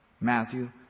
Matthew